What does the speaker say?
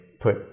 put